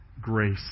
Grace